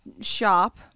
shop